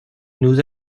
nous